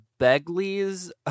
Begley's